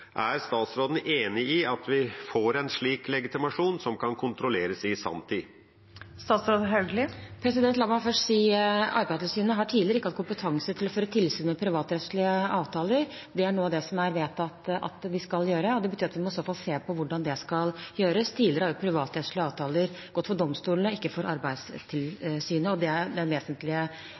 Er statsråden enig i at vi bør få en slik legitimasjon som kan kontrolleres i sanntid? La meg først si at Arbeidstilsynet har tidligere ikke hatt kompetanse til å føre tilsyn med privatrettslige avtaler. Det er noe som er vedtatt at de skal gjøre, og det betyr at vi må se på hvordan det skal gjøres. Tidligere har privatrettslige avtaler gått for domstolene og ikke for Arbeidstilsynet, og det er den vesentlige